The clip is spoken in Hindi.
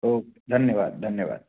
ओ के धन्यवाद धन्यवाद